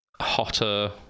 hotter